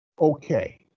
okay